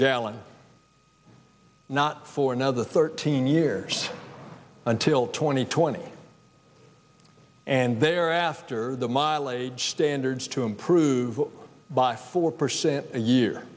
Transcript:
gallon not for another thirteen years until twenty twenty and they are after the mileage standards to improve by four percent a year